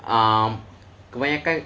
um kebanyakan